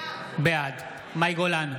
בעד מאי גולן,